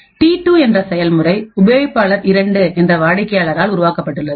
T2 என்ற செயல்முறை உபயோகிப்பாளர் 2 என்ற வாடிக்கையாளர் ஆல் உருவாக்கப்பட்டுள்ளது